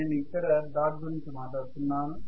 నేను ఇక్కడ డాట్ గురించి మాట్లాడుతున్నాను